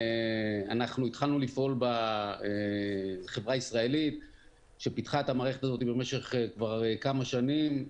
אנחנו חברה ישראלית שפיתחה את המערכת הזאת במשך כבר כמה שנים,